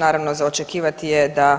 Naravno za očekivati je da